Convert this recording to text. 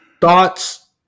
Thoughts